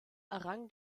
errang